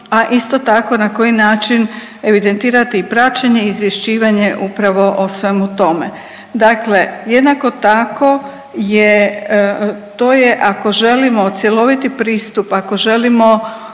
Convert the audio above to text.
a isto tako na koji način evidentirati i praćenje i izvješćivanje upravo o svemu tome. Dakle, jednako tako je to je ako želimo cjeloviti pristup, ako želimo